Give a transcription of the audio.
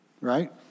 Right